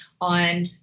on